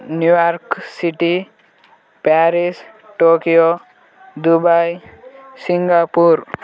New York city Paris Tokyo Dubai Singapore